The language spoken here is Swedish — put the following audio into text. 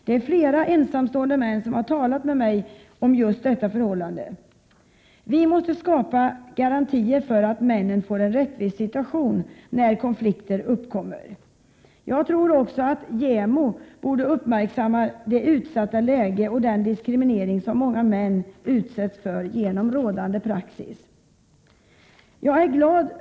Det är flera ensamstående män som har talat med mig om just detta förhållande. Vi måste skapa garantier för att männen får en rättvis situation när konflikter uppkommer. Jag tycker att JämO borde uppmärksamma det utsatta läge och den diskriminering som många män utsätts för genom rådande praxis. Herr talman!